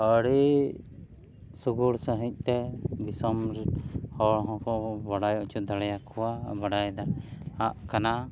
ᱟᱹᱰᱤ ᱥᱩᱜᱩᱲ ᱥᱟᱺᱦᱤᱡ ᱛᱮ ᱫᱤᱥᱚᱢ ᱦᱚᱲ ᱦᱚᱸᱠᱚ ᱵᱟᱰᱟᱭ ᱦᱚᱪᱚ ᱫᱟᱲᱮᱭ ᱠᱚᱣᱟ ᱟᱨ ᱠᱚ ᱵᱟᱲᱟᱭ ᱫᱟᱲᱮᱭᱟᱜ ᱠᱟᱱᱟ